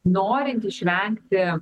norint išvengti